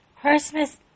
Christmas